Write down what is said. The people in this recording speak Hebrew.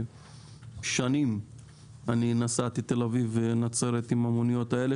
שנים אני נסעתי תל אביב-נצרת עם המוניות האלה,